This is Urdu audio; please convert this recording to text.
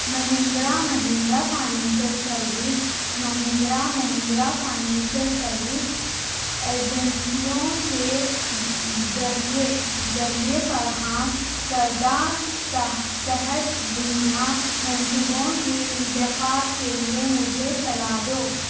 Mahindra Mahindra financial service Mahindra Mahindra financial service ایجنسیوں سے ذریعے ذریعے فراہم کردہ صحت بیمہ منصوبوں کے انتخاب کے لیے مجھے صلاح دو